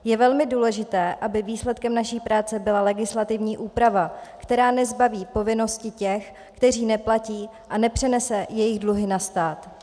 Je velmi důležité, aby výsledkem naší práce byla legislativní úprava, která nezbaví povinnosti těch, kteří neplatí, a nepřenese jejich dluhy na stát.